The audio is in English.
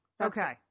Okay